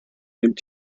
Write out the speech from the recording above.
nimmt